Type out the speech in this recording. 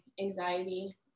anxiety